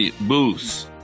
booths